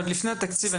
עוד לפני התקציב.